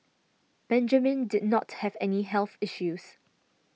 Benjamin did not have any health issues